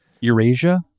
Eurasia